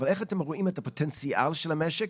אבל איך אתם רואים את הפוטנציאל של המשק?